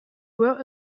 were